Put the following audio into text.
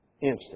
instant